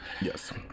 yes